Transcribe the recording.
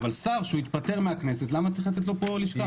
אבל שר שהתפטר מהכנסת, למה צריך לתת לו פה לשכה?